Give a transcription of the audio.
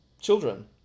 children